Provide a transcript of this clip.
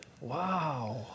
Wow